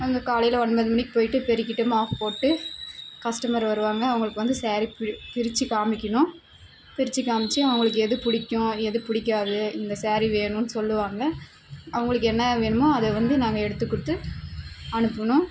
அங்கே காலையில் ஒன்பது மணிக்கு போயிட்டு பெருக்கிட்டு மாப்பு போட்டுட்டு கஸ்டமர் வருவாங்கள் அவங்களுக்கு வந்து ஸேரீ பி பிரித்து காமிக்கணும் பிரித்து காமித்து அவங்களுக்கு எது பிடிக்கும் எது பிடிக்காது இந்த ஸேரீ வேணும்னு சொல்லுவாங்கள் அவங்களுக்கு என்ன வேணுமோ அதை வந்து நாங்கள் எடுத்து கொடுத்து அனுப்பணும்